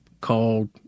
called